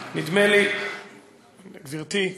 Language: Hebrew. גברתי,